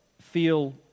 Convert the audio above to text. feel